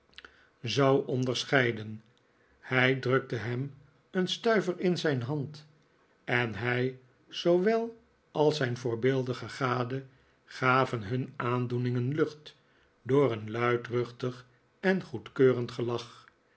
zou onderscheiden hij drukte hem een stuiver in zijn hand en hij zoowel als zijn voorbeeldige gade gaven hun aandoeningen lucht door een luidruchtig en goedkeurend gelach